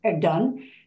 done